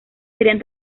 serían